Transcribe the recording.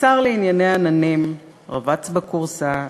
"השר לענייני עננים / רבץ בכורסה,